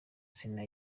sena